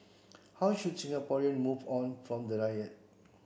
how should Singaporeans move on from the riot